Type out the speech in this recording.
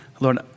Lord